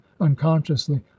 unconsciously